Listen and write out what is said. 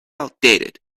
outdated